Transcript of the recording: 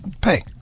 Pay